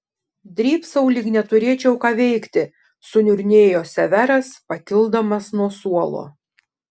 drybsau lyg neturėčiau ką veikti suniurnėjo severas pakildamas nuo suolo